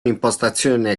impostazione